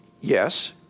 Yes